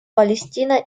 палестина